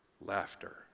laughter